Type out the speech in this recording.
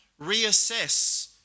reassess